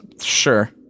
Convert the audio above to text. sure